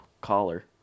collar